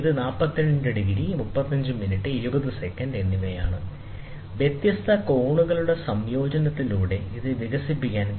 ഇത് 42 degree 35 minute 20 second എന്നിവയാണ് വ്യത്യസ്ത കോണുകളുടെ സംയോജനത്തിലൂടെ ഇത് വികസിപ്പിക്കാൻ കഴിയും